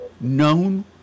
known